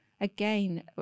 again